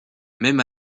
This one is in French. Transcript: même